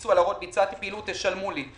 ביצוע להראות: ביצעתי פעילות - תשלמו לי.